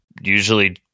usually